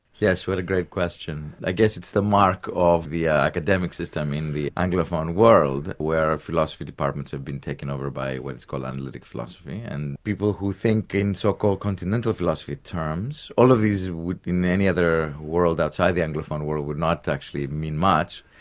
yes, what a great question. i guess it's the mark of the academic system in the anglophone world, where philosophy departments have been taken over by what is called analytic philosophy, and people who think in so-called continental philosophy terms, all of these in any other world outside the anglophone world would not actually mean much,